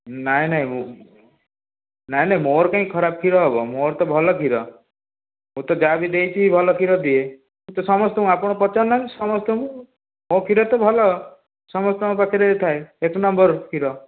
ନାହିଁ ନାହିଁ ନାହିଁ ନାହିଁ ମୋର କାହିଁକି ଖରାପ କ୍ଷୀର ହେବ ମୋର ତ ଭଲ କ୍ଷୀର ମୁଁ ତ ଯାହାବି ଦେଇଛି ଭଲ କ୍ଷୀର ଦିଏ ମୁଁ ତ ସମସ୍ତଙ୍କୁ ଆପଣ ପଚାରୁନାହାନ୍ତି ସମସ୍ତଙ୍କୁ ମୋ କ୍ଷୀର ତ ଭଲ ସମସ୍ତଙ୍କ ପାଖରେ ଥାଏ ଏକ ନମ୍ବର କ୍ଷୀର